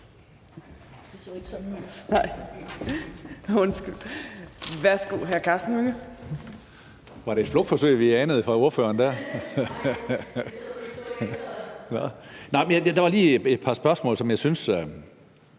Var det et flugtforsøg, vi anede fra ordføreren der? Der var lige et par spørgsmål, som jeg lige